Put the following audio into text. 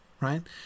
Right